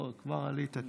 כבר עלית,